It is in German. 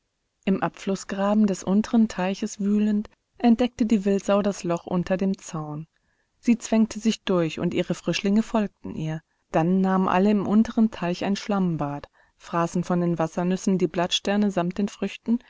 im abflußgraben des unteren teiches wühlend entdeckte die wildsau das loch unter dem zaun sie zwängte sich durch und ihre frischlinge folgten ihr dann nahmen alle im unteren teich ein schlammbad fraßen von den wassernüssen die blattsterne samt den früchten